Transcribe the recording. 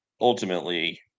ultimately